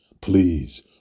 please